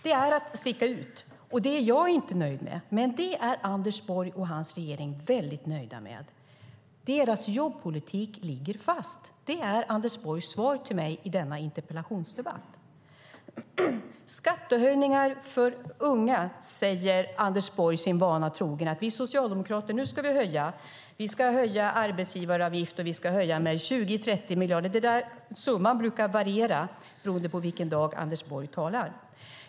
Det är att sticka ut, och det är jag inte nöjd med. Men det är Anders Borg och regeringen väldigt nöjda med. Deras jobbpolitik ligger fast. Det är Anders Borgs svar till mig i denna interpellationsdebatt. Skattehöjningar för unga, säger Anders Borg sin vana trogen. Han säger att vi socialdemokrater nu ska höja arbetsgivaravgifterna med 20-30 miljarder. Den summan brukar variera beroende på vilken dag Anders Borg talar.